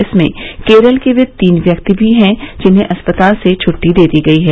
इनमें केरल के वे तीन व्यक्ति भी हैं जिन्हें अस्पताल से छुट्टी दे दी गई है